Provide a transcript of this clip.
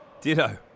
Ditto